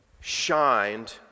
shined